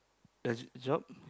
the job